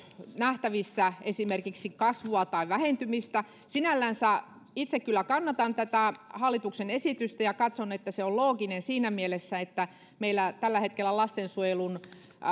nähtävissä esimerkiksi kasvua tai vähentymistä sinällänsä itse kyllä kannatan tätä hallituksen esitystä ja katson että se on looginen seuraus siinä mielessä että meillä tällä hetkellä